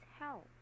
help